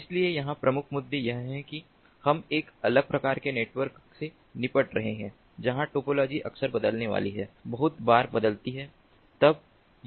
इसलिए यहां प्रमुख मुद्दे यह है कि हम एक अलग प्रकार के नेटवर्क से निपट रहे हैं जहां टोपोलॉजी अक्सर बदलने वाली है बहुत बार बदलती है